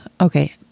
Okay